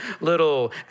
little